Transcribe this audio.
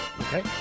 Okay